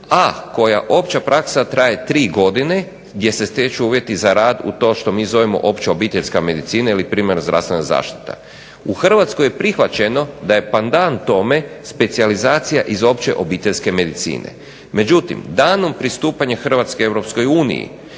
a koja opća praksa traje tri godine gdje se stječu uvjeti za rad u to što mi zovemo opća obiteljska medicina ili primarna zdravstvena zaštita. U Hrvatskoj je prihvaćeno da je pandan tome specijalizacija iz opće obiteljske medicine. Međutim, danom pristupanja Hrvatske Europskoj uniji